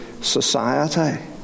society